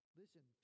listen